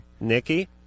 Nikki